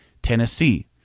Tennessee